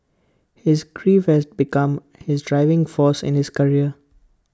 his grief has become his driving force in his career